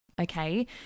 okay